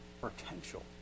potential